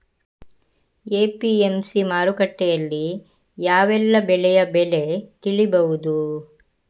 APMC ಮಾರುಕಟ್ಟೆಯಲ್ಲಿ ಯಾವೆಲ್ಲಾ ಬೆಳೆಯ ಬೆಲೆ ತಿಳಿಬಹುದು?